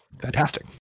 fantastic